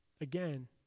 again